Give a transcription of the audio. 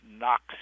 knocks